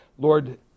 Lord